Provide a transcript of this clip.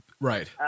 Right